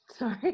Sorry